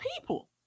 people